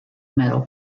metal